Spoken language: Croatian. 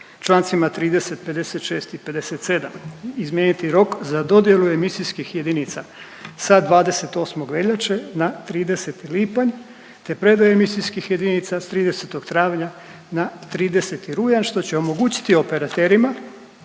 Člancima 30., 56. i 57. izmijeniti rok za dodjelu emisijskih jedinica sa 28. veljače na 30. lipanj te predaju emisijskih jedinica s 30. travnja na 30. rujan što će omogućiti operaterima